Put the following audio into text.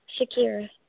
Shakira